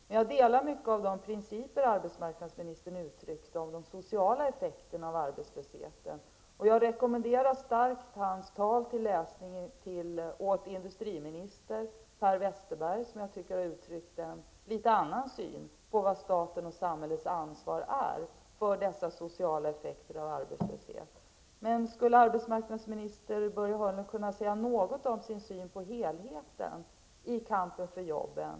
Men jag instämmer i många av de principer som arbetsmarknadsministern uttryckte när han talade om de sociala effekterna av arbetslösheten. Jag rekommenderar starkt hans anförande till läsning för industriministern, Per Westerberg, som jag tycker har uttryckt en annan syn på statens och samhällets ansvar för dessa sociala effekter av arbetslöshet. Hörnlund kunna säga något om sin syn på helheten i kampen för jobben!